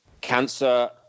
cancer